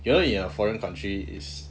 you know in a foreign country is